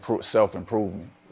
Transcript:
self-improvement